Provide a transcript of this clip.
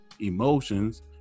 emotions